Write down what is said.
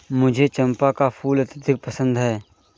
मुझे चंपा का फूल अत्यधिक पसंद है